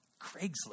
Craigslist